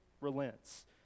Relents